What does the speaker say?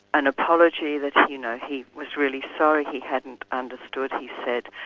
an apology that, you know, he was really sorry he hadn't understood, he said,